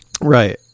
Right